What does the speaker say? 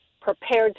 prepared